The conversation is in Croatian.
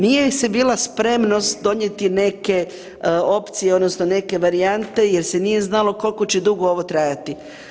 Nije se bila spremnost donijeti neke opcije odnosno neke varijante jer se nije znalo koliko će dugo ovo trajati.